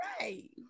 Right